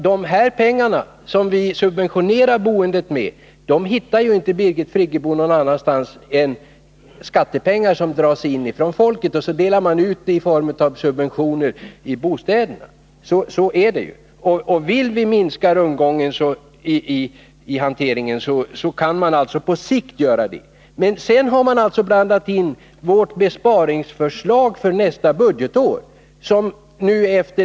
De pengar som vi subventionerar boendet med är inget annat än skattepengar som dras in från folket och sedan delas ut i form av subventioner till bostäderna — så är det! Vill vi minska rundgången i hanteringen kan vi alltså på sikt göra det. En annan sak är vårt besparingsförslag för nästa budgetår.